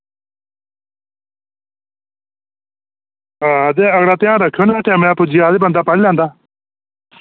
हां ते अगला ध्यान रक्खेओ ना टैमे दा पुज्जी जा ते बंदा पढ़ी लैंदा